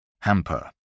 Hamper